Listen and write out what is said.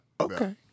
Okay